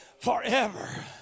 forever